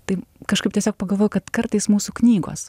tai kažkaip tiesiog pagalvojau kad kartais mūsų knygos